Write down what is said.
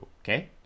Okay